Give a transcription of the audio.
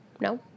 No